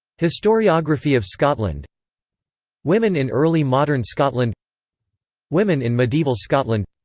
historiography of scotland women in early modern scotland women in medieval scotland